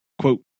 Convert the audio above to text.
quote